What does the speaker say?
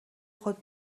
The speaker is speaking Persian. خود